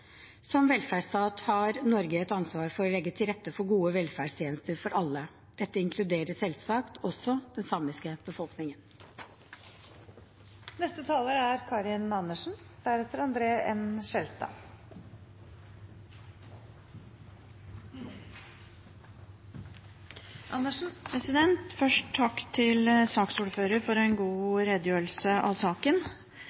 Som velferdsstat har Norge et ansvar for å legge til rette for gode velferdstjenester for alle. Dette inkluderer selvsagt også den samiske befolkningen. Først takk til saksordføreren for en god